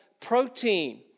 protein